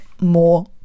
more